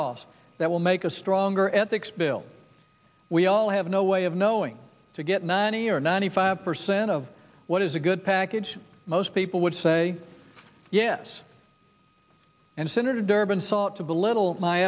offs that will make a stronger ethics bill we all have no way of knowing to get ninety or ninety five percent of what is a good package most people would say yes and senator durbin sought to belittle my